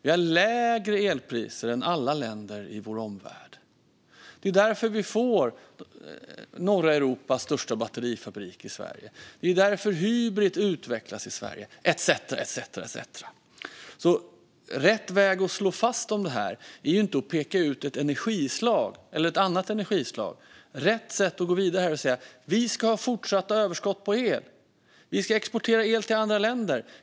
Vi har lägre elpriser än alla länder i vår omvärld. Det är därför vi får norra Europas största batterifabrik i Sverige. Det är därför Hybrit utvecklas i Sverige etcetera etcetera. Rätt väg att slå fast när det gäller det här är inte att peka ut ett energislag eller ett annat energislag. Rätt sätt att gå vidare är att säga: Vi ska ha fortsatta överskott på el. Vi ska exportera el till andra länder.